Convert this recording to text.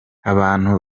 abantu